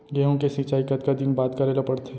गेहूँ के सिंचाई कतका दिन बाद करे ला पड़थे?